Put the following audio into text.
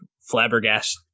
flabbergasted